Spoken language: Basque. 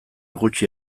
gutxi